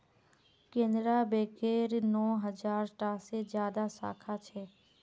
केनरा बैकेर नौ हज़ार टा से ज्यादा साखा छे